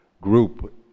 group